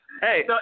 Hey